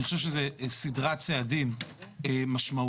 אני חושב שזו סדרת צעדים משמעותית.